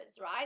right